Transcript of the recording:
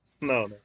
no